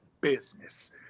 business